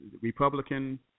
Republican